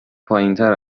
پایینتر